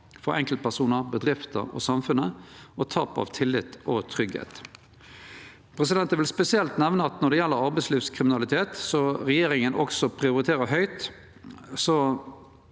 for enkeltpersonar, bedrifter og samfunnet og tap av tillit og tryggleik. Eg vil spesielt nemne at når det gjeld arbeidslivskriminalitet, som regjeringa også prioriterer høgt,